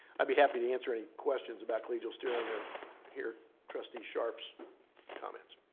i'd be happy to answer any questions about collegial steering or hear trustee sharp's comments.